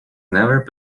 never